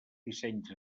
dissenys